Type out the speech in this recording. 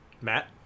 Matt